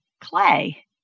Clay